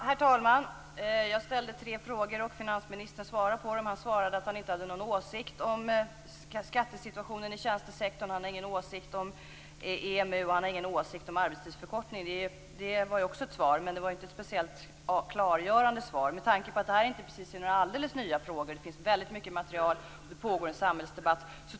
Herr talman! Jag ställde tre frågor och finansministern svarade på dem. Han svarade att han inte hade någon åsikt om skattesituationen i tjänstesektorn. Han har ingen åsikt om EMU. Han har ingen åsikt om arbetstidsförkortning. Det är också ett svar, men det är inte speciellt klargörande. Detta är inte alldeles nya frågor. Det finns mycket material. En samhällsdebatt pågår.